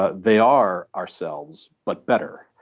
ah they are ourselves, but better,